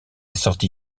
sorti